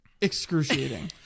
excruciating